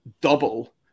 double